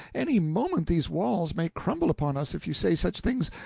any moment these walls may crumble upon us if you say such things.